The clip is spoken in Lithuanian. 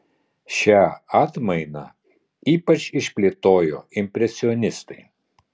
šią atmainą ypač išplėtojo impresionistai